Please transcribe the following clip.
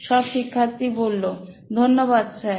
সব শিক্ষার্থী ধন্যবাদ স্যার